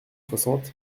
soixante